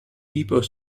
depot